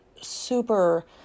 super